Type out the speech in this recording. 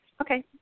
Okay